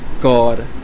God